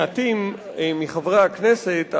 מעטים מחברי הכנסת,